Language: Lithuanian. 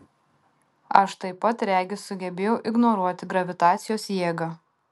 aš taip pat regis sugebėjau ignoruoti gravitacijos jėgą